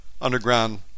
underground